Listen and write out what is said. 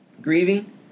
grieving